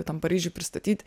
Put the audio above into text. tam paryžiuj pristatyt